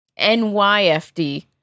NYFD